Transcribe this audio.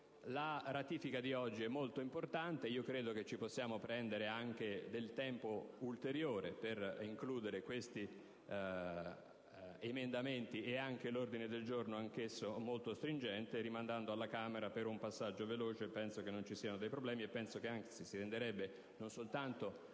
La ratifica di oggi è molto importante, e credo che ci possiamo prendere anche del tempo ulteriore approvando quegli emendamenti e anche l'ordine del giorno, anch'esso molto stringente, rimandando il testo alla Camera per un passaggio veloce. Penso non vi siano problemi e che, anzi, non soltanto